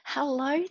Hello